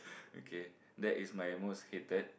okay that is my most hated